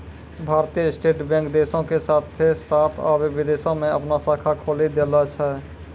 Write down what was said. भारतीय State Bank देशो के साथे साथ अबै विदेशो मे अपनो शाखा खोलि देले छै